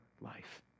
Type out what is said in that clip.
life